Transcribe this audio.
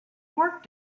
work